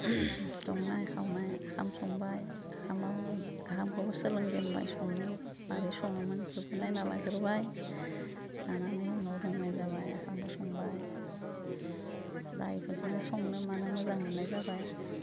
संनाय खावनाय ओंखाम संबाय ओंखामावबो ओंखामखौबो सोलोंजेनबाय संनो माबोरै सङोमोन बेखौ नायना लाग्रोबाय लानानै उनाव रोंनाय जाबाय साम' संबाय दा बेफोरखौनो संनो मानो मोजां मोन्नाय जाबाय